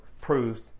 proves